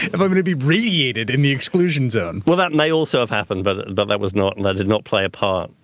if i'm going to be radiated in the exclusion zone. well that may also have happened, but but that was not. that did not play a part.